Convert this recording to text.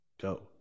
Go